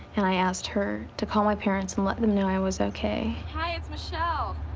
and i asked her to call my parents and let them know i was ok. hi, it's michele.